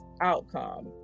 outcome